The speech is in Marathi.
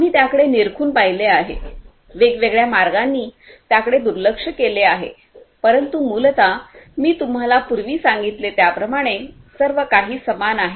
आम्ही त्याकडे निरखून पाहिले आहे वेगवेगळ्या मार्गांनी त्याकडे दुर्लक्ष केले आहे परंतु मूलत मी तुम्हाला पूर्वी सांगितले त्याप्रमाणे सर्व काही समान आहे